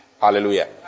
Hallelujah